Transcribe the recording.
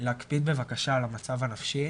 להקפיד בבקשה על המצב הנפשי,